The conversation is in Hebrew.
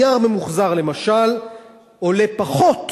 נייר ממוחזר למשל עולה פחות